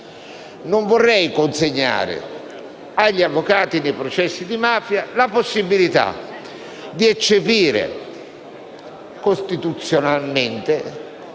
non vorrei consegnare agli avvocati dei processi di mafia la possibilità di eccepire costituzionalmente,